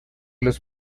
los